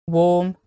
warm